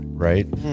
right